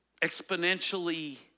exponentially